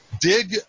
dig